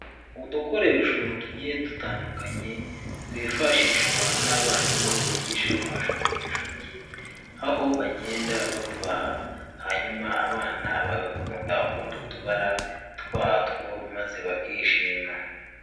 Udukoresho tugiye dutandukanye twifashishwa n'abarimu bigisha mu mashuri y'inshuke, aho bagenda batubaha, hanyuma abana bagakunda utu tubara twatwo maze bakishima.